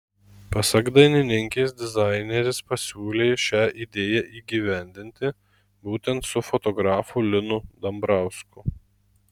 pasak dainininkės dizaineris pasiūlė šią idėją įgyvendinti būtent su fotografu linu dambrausku